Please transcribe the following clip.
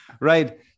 Right